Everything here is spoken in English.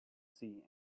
see